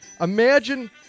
imagine